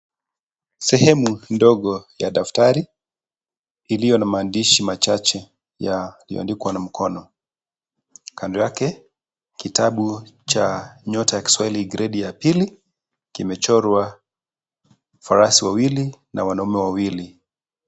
Sehemu ndogo ya daftari iliyo na maandishi machache yaliyoandikwa na mkono. Kando yake kitabu cha nyota ya kiswahili gredi ya pili kimechorwa farasi wawili na wamaume wawili.